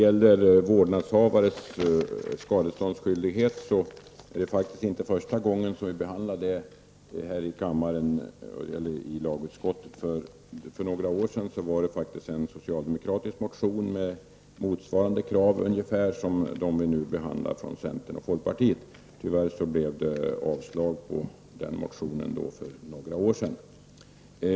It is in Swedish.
Fru talman! Det är faktiskt inte första gången som vi här i kammaren och i lagutskottet behandlar vårdnadshavares skadeståndsskyldighet. För några år sedan väcktes det en socialdemokratisk motion med krav som ungefär motsvarar de krav som centern och folkpartiet har ställt. Tyvärr blev det avslag på den motion som väcktes för några år sedan.